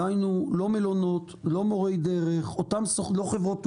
דהיינו, לא מלונות, לא מורי דרך, לא חברות תעופה,